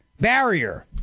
Barrier